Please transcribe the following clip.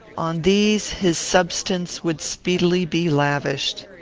on these his substance would speedily be lavished.